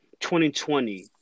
2020